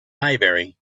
maybury